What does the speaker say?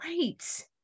Right